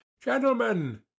Gentlemen